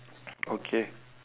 okay